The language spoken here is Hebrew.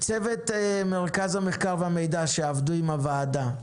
צוות מרכז המחקר והמידע שעבדו עם הוועדה.